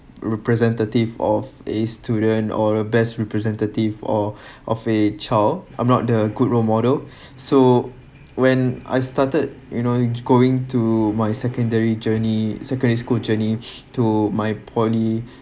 representative of a student or a best representative or of a child I'm not the good role model so when I started you know going to my secondary journey secondary school journey to my poly